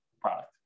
product